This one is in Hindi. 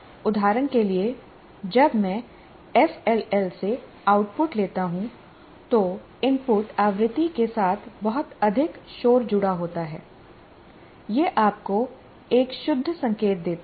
उदाहरण के लिए जब मैं एफएलएल से आउटपुट लेता हूं तो इनपुट आवृत्ति के साथ बहुत अधिक शोर जुड़ा होता है यह आपको एक शुद्ध संकेत देता है